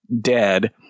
dead